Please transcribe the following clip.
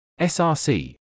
src